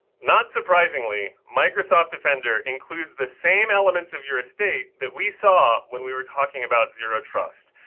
not surprisingly, microsoft defender includes the same elements of your estate that we saw when we were talking about zero trust.